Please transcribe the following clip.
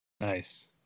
Nice